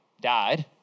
died